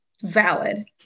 valid